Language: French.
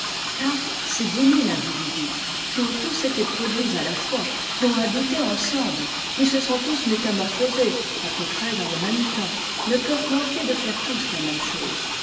car ces dix raille individus qui ont tous été produits à la fois qui ont habité ensemble qui se sont tous métamorphosés à peu près dans le même temps ne peuvent manquer de faire tous la même chose